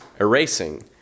erasing